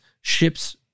ship's